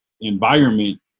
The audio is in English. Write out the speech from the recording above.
environment